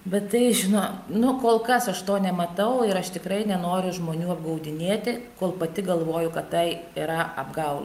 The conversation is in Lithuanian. bet tai žinot na kol kas aš to nematau ir aš tikrai nenoriu žmonių apgaudinėti kol pati galvoju kad tai yra apgaulė